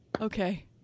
okay